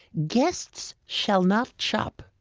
guest shall not chop!